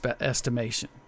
estimation